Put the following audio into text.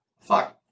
Fuck